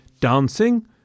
dancing